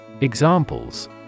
Examples